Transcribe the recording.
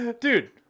Dude